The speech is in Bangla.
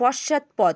পশ্চাৎপদ